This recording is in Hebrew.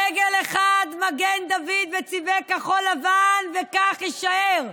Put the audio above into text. ודגל אחד, מגן דוד בצבעי כחול-לבן, וכך יישאר.